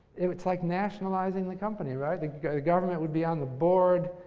it's like nationalizing the company, right? the government would be on the board.